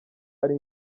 ari